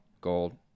Gold